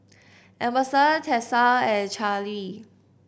Emerson Tessa and Charly